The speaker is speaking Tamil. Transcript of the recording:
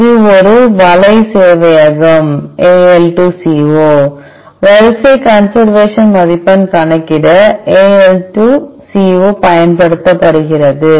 இது ஒரு வலை சேவையகம் AL2CO வரிசை கன்சர்வேஷன் மதிப்பெண் கணக்கிட Al2CO பயன்படுத்தப்படுகிறது